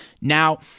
Now